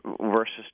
versus